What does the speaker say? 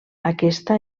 aquesta